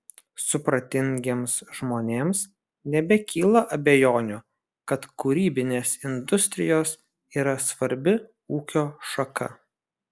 supratingiems žmonėms nebekyla abejonių kad kūrybinės industrijos yra svarbi ūkio šaka